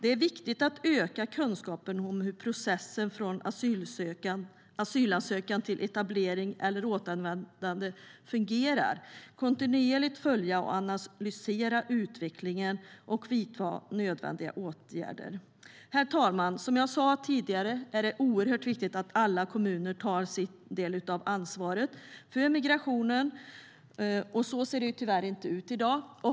Det är viktigt att öka kunskapen om hur processen från asylansökan till etablering eller återvändande fungerar, kontinuerligt följa och analysera utvecklingen och vidta nödvändiga åtgärder. Som jag sa tidigare är det viktigt att alla kommuner tar sin del av ansvaret för migrationen. Tyvärr är det inte på det sättet i dag.